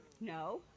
No